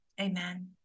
amen